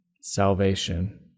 salvation